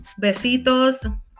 Besitos